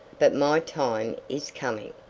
but my time is coming.